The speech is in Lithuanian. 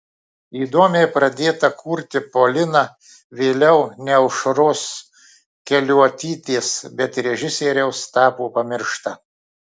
įdomiai pradėta kurti polina vėliau ne aušros keliuotytės bet režisieriaus tapo pamiršta